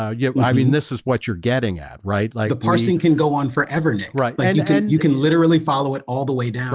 ah yeah, i mean this is what you're getting at right, like the parsing can go on forever. right like yeah you can you can literally follow it all the way down,